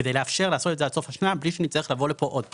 כדי לאפשר לעשות את זה עד סוף השנה בלי שנצטרך לבוא לפה עוד פעם.